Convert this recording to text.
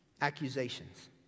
accusations